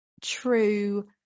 true